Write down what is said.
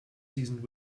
seasoned